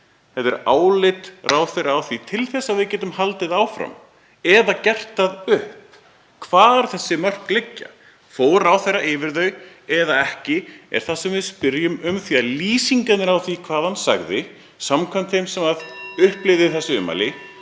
Þetta er álit ráðherra á því til þess að við getum haldið áfram eða gert upp hvar þessi mörk liggja. Fór ráðherra yfir þau eða ekki? Það er það sem við spyrjum um því að lýsingarnar á því hvað hann sagði samkvæmt þeim sem upplifði þessi ummæli